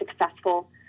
successful